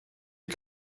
ihr